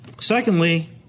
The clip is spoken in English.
Secondly